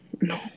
no